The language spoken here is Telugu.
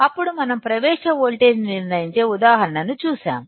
అప్పుడు మనం ప్రవేశ వోల్టేజ్ ను నిర్ణయించే ఉదాహరణ ను చూశాము